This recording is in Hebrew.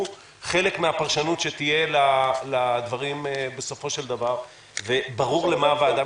יהיה חלק מהפרשנות שתהיה לדברים בסופו של דבר וברור למה הוועדה